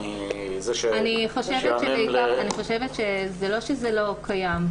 לא שזה לא קיים.